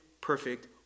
perfect